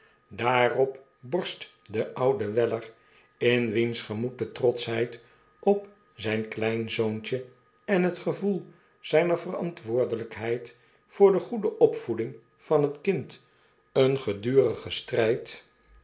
daarop borst de oude weller in wiens gemoed de trotschheid op zjjn kleinzoontje en het gevoel zijner verantwoordelpheid vqor de goede opvoeding van het kind een gedurigen strfld